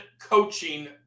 coaching